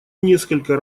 несколько